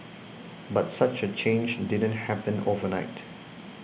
but such a change didn't happen overnight